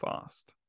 fast